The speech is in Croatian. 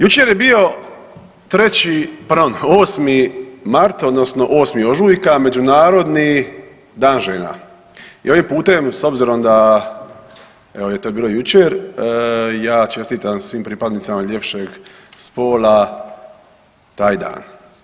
Jučer je bio 3., pardon, 8. mart, odnosno 8. ožujka, Međunarodni dan žena i ovim putem, s obzirom da evo je to bilo jučer, ja čestitam svim pripadnicama ljepšeg spola taj dan.